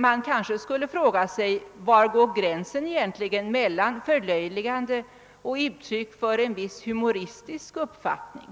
Man kanske skulle fråga sig: Var går gränsen egentligen mellan förlöjligande och uttryck för en viss humoristisk karaktäristik?